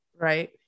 Right